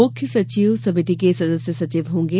मुख्य सचिव समिति के सदस्य सचिव होंगे